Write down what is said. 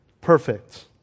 perfect